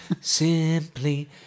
Simply